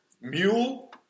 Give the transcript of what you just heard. mule